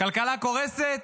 כלכלה קורסת?